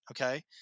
okay